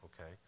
Okay